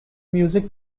music